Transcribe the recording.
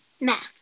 Math